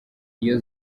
iyo